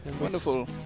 Wonderful